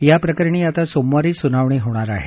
याप्रकरणी आता सोमवारी सुनावणी होणार आहे